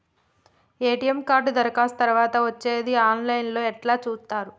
ATM card దరఖాస్తు తరువాత వచ్చేది ఆన్ లైన్ లో ఎట్ల చూత్తరు?